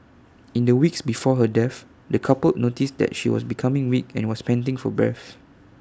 in the weeks before her death the couple noticed that she was becoming weak and was panting for breath